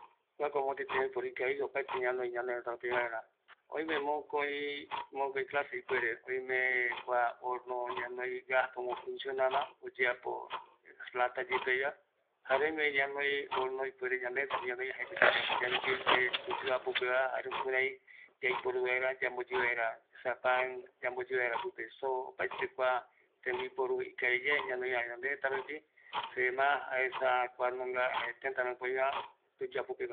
Kuako yaiporu yamboyɨ vaera, pan, soo, opaete ikavi ñanoï, öime tatapeño yaiporu vaera, oimevi gas pe oparavɨkɨ va, erei moköi reve ikavi